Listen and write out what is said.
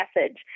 message